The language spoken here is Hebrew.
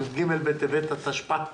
י"ג בטבת התשפ"א,